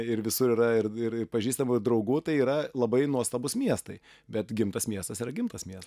ir visur yra ir ir pažįstamų draugų tai yra labai nuostabūs miestai bet gimtas miestas yra gimtas miestas